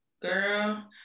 Girl